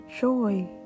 joy